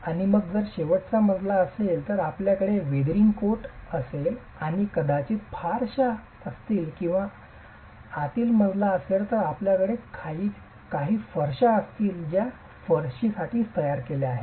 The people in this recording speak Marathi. आणि मग जर शेवटचा मजला असेल तर आपल्याकडे वेदरिंग कोट असेल आणि कदाचित फरशा असतील किंवा आतील मजला असेल तर आपल्याकडे काही फरशा असतील ज्या फरशीसाठीच तयार केल्या आहेत